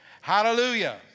Hallelujah